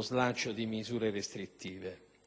slancio di misure restrittive.